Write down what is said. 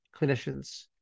clinicians